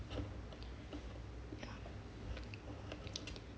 ya